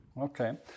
Okay